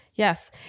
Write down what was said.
Yes